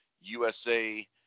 USA